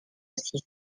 six